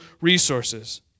resources